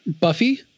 Buffy